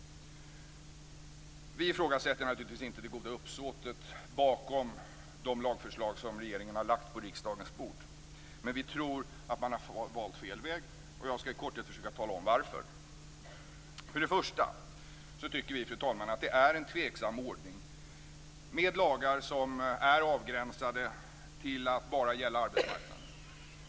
Vi ifrågasätter naturligtvis inte det goda uppsåtet bakom de lagförslag som regeringen har lagt på riksdagens bord. Men vi tror att man har valt fel väg, och jag skall i korthet försöka tala om varför. För det första tycker vi, fru talman, att det är en tveksam ordning med lagar som är avgränsade till att bara gälla arbetsmarknaden.